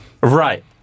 Right